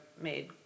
made